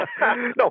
No